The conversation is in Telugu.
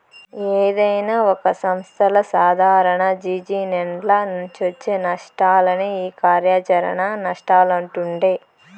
ఏదైనా ఒక సంస్థల సాదారణ జిజినెస్ల నుంచొచ్చే నష్టాలనే ఈ కార్యాచరణ నష్టాలంటుండె